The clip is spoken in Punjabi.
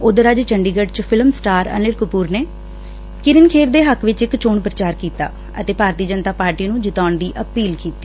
ਉਧਰ ਅੱਜ ਚੰਡੀਗੜ੍ਹ ਚ ਫਿਲਮ ਸਟਾਰ ਅਨੀਲ ਕਪੂਰ ਨੇ ਕਿਰਨ ਖੇਰ ਦੇ ਹੱਕ ਚ ਚੋਣ ਪ੍ਰਚਾਰ ਕੀਤਾ ਅਤੇ ਭਾਰਤੀ ਜਨਤਾ ਪਾਰਟੀ ਨੂੰ ਜਿਤਾਉਣ ਦੀ ਅਪੀਲ ਕੀਤੀ